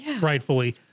rightfully